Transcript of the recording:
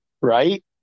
right